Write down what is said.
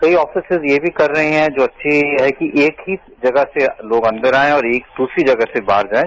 कई अफिसेज यह भी कर रहे हैं जो अच्छी है कि एक ही जगह से लोग अंदर आये और द्रसरी जगह से बाहर जायें